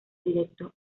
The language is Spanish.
directos